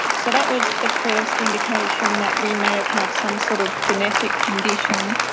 so that was the first indication that we may have had some sort of genetic condition.